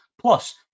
Plus